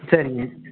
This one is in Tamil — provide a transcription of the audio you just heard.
சரிங்க